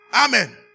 Amen